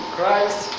Christ